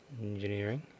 Engineering